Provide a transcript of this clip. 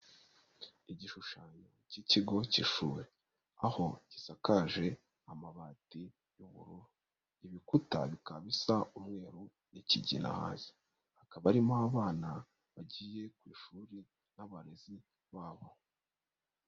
Igishushanyo cy'ikigo cy'ishuri, aho gisakaje amabati y'uburu, ibikuta bikaba bisa umweru n'ikigera hasi, hakaba harimo abana bagiye ku ishuri n'abarezi babo.